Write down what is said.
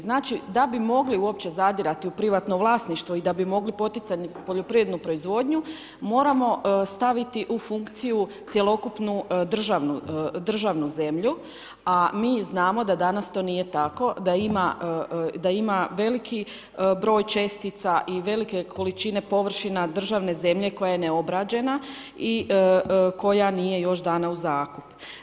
Znači, da bi mogli uopće zadirati u privatno vlasništvo i da bi mogli poticati poljoprivrednu proizvodnju, moramo staviti u funkciju cjelokupnu državnu zemlju, a mi znamo da danas to nije tako, da ima veliki broj čestica i velike količine površine državne zemlje koja je neobrađena i koja nije još dana u zakup.